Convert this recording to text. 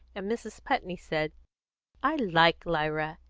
and mrs. putney said i like lyra,